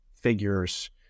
figures